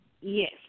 Yes